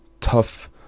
tough